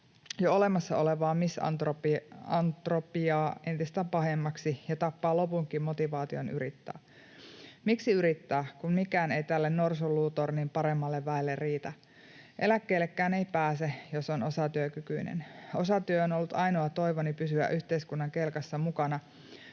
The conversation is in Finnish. jo olemassa olevaa misantropiaa entistä pahemmaksi ja tappaa lopunkin motivaation yrittää. Miksi yrittää, kun mikään ei tälle norsunluutornin paremmalle väelle riitä? Eläkkeellekään ei pääse, jos on osatyökykyinen. Osatyö on ollut ainoa toivoni pysyä yhteiskunnan kelkassa mukana,